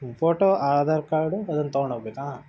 ಹ್ಞೂ photo Aadhaar card ಅದನ್ನು ತೊಗೊಂಡೋಗಬೇಕಾ